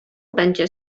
będzie